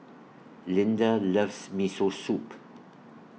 Linda loves Miso Soup